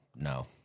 No